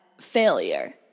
failure